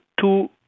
two